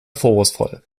vorwurfsvoll